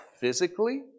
physically